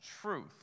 truth